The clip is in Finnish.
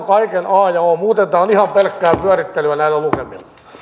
muuten tämä on ihan pelkkää pyörittelyä näillä lukemilla